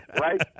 right